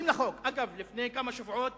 אגב, לפני כמה שבועות